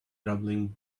grubbing